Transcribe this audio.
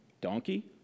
Donkey